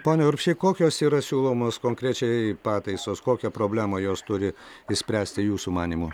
pone urbšy kokios yra siūlomos konkrečiai pataisos kokią problemą jos turi išspręsti jūsų manymu